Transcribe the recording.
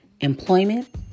employment